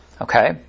Okay